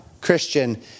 Christian